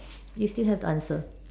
you still have to answer